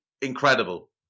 incredible